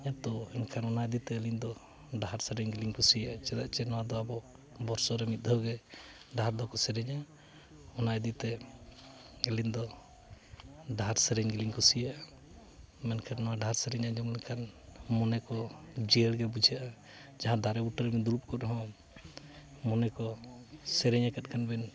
ᱮᱛᱚ ᱮᱱᱠᱷᱟᱱ ᱚᱱᱟ ᱤᱫᱤ ᱛᱮ ᱟᱹᱞᱤᱧ ᱫᱚ ᱰᱟᱦᱟᱨ ᱥᱮᱨᱮᱧ ᱜᱮᱞᱤᱧ ᱠᱩᱥᱤᱭᱟᱜᱼᱟ ᱪᱮᱫᱟᱜ ᱪᱮ ᱱᱚᱣᱟ ᱫᱚ ᱟᱵᱚ ᱵᱚᱛᱥᱚᱨ ᱨᱮ ᱢᱤᱫ ᱫᱷᱟᱣ ᱜᱮ ᱰᱟᱦᱟᱨ ᱫᱚᱠᱚ ᱥᱮᱨᱮᱧᱟ ᱚᱱᱟ ᱤᱫᱤ ᱛᱮ ᱟᱹᱞᱤᱧ ᱫᱚ ᱰᱟᱦᱟᱨ ᱥᱮᱨᱮᱧ ᱞᱤᱧ ᱠᱩᱥᱤᱭᱟᱜᱼᱟ ᱢᱮᱱᱠᱷᱟᱱ ᱱᱚᱣᱟ ᱰᱟᱦᱟᱨ ᱥᱮᱨᱮᱧ ᱟᱸᱡᱚᱢ ᱞᱮᱠᱷᱟᱱ ᱢᱚᱱᱮ ᱠᱚ ᱡᱤᱭᱟᱹᱲ ᱜᱮ ᱵᱩᱡᱷᱟᱹᱜᱼᱟ ᱡᱟᱦᱟᱸ ᱫᱟᱨᱮ ᱵᱩᱴᱟᱹ ᱨᱮᱢ ᱫᱩᱲᱩᱵ ᱠᱚᱜ ᱨᱮᱦᱚᱸ ᱢᱚᱱᱮ ᱠᱚ ᱥᱮᱨᱮᱧ ᱟᱠᱟᱫ ᱠᱷᱟᱱ ᱵᱮᱱ